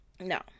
No